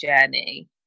journey